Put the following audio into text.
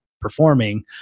performing